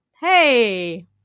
hey